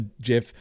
Jeff